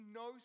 no